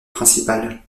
principal